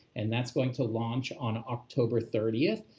and that's going to launch on october thirtieth.